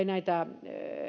näitä